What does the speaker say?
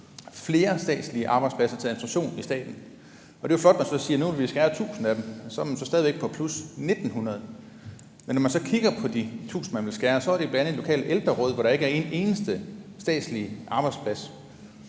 flere arbejdspladser til administration i staten, og det er jo flot, hvis man siger, at man nu vil skære 1.000 af dem. Så er man stadig væk på plus 1.900. Men når man så kigger på de 1.000, man vil skære, så er det bl.a. i det lokale ældreråd, hvor der ikke er en eneste statslig arbejdsplads.